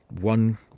one